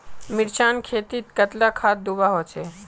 मिर्चान खेतीत कतला खाद दूबा होचे?